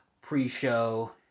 pre-show